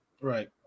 Right